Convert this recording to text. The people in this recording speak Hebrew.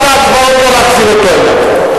ועד ההצבעות לא להחזיר אותו הנה.